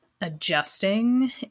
adjusting